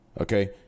Okay